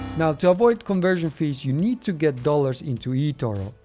now, to avoid conversion fees, you need to get dollars into etoro.